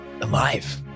alive